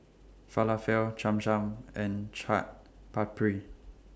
Falafel Cham Cham and Chaat Papri